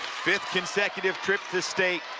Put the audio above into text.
fifth consecutive trip to state.